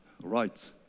Right